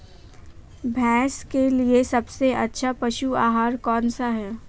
भैंस के लिए सबसे अच्छा पशु आहार कौन सा है?